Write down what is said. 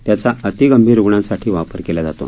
त्याचा अतिगंभीर रुग्णांसाठी वापर केला जातो